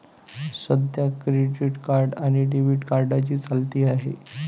सध्या credit card आणि debit कार्डची चलती आहे